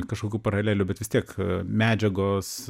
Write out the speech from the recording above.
kažkokių paralelių bet vis tiek medžiagos